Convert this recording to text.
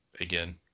again